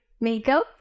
Makeup